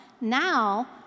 now